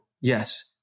yes